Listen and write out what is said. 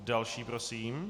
Další prosím.